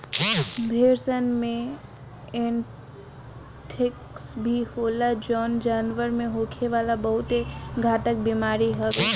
भेड़सन में एंथ्रेक्स भी होला जवन जानवर में होखे वाला बहुत घातक बेमारी हवे